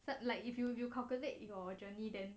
so like if you you calculated your journey then